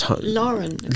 Lauren